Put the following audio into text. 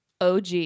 OG